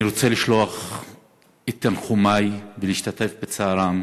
אני רוצה לשלוח את תנחומי ולהשתתף בצערן